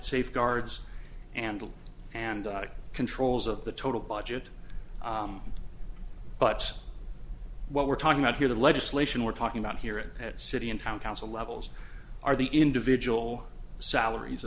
safeguards and and controls of the total budget but what we're talking about here the legislation we're talking about here at city and town council levels are the individual salaries